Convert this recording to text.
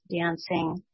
dancing